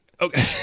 Okay